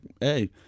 Hey